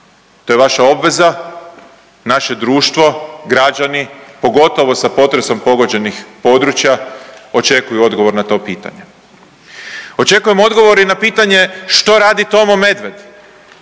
to je vaša obveza. Naše društvo, građani pogotovo sa potresom pogođenih područja očekuju odgovor na to pitanje. Očekujem odgovor i na pitanje što radi Tomo Medved,